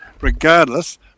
regardless